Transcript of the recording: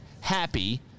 happy